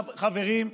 חברים,